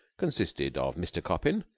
consisted of mr. coppin,